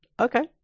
Okay